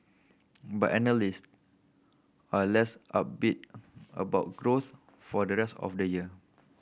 but analyst are less upbeat about growth for the rest of the year